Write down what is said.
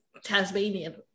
Tasmanian